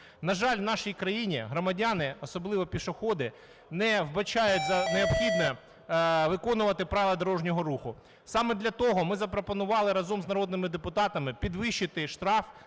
На жаль, в нашій країні громадяни, особливо пішоходи, не вбачають за необхідне виконувати правила дорожнього руху. Саме для того ми запропонували разом з народними депутатами підвищити штраф